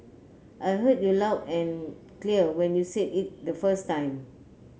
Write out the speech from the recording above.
I heard you loud and clear when you said it the first time